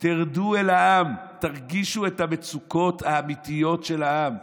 תרדו אל העם, תרגישו את המצוקות האמיתיות של העם.